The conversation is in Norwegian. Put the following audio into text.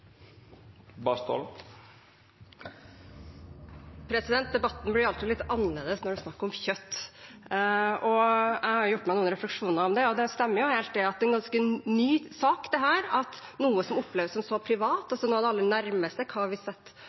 Debatten blir alltid litt annerledes når det er snakk om kjøtt. Jeg har gjort meg noen refleksjoner om det. Det stemmer helt at det er en ganske ny sak at noe som oppleves som så privat, noe av det aller nærmeste – hva vi